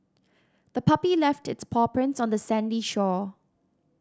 the puppy left its paw prints on the sandy shore